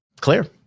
Clear